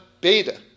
Beta